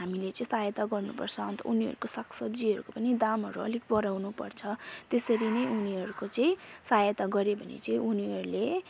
हामीले चाहिँ सहायता गर्नुपर्छ अन्त उनीहरूको सागसब्जीहरूको पनि दामहरू अलिक बढाउनुपर्छ त्यसरी नै उनीहरूको चाहिँ सहायता गऱ्यो भने चाहिँ उनीहरूले